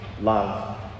love